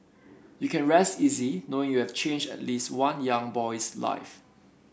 you can rest easy knowing you have changed at least one young boy's life